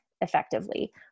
effectively